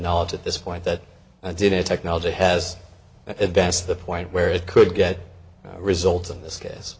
knowledge at this point that i did it technology has advanced the point where it could get results of this case